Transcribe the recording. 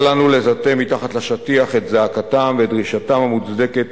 אל לנו לטאטא מתחת לשטיח את זעקתם ואת דרישתם המוצדקת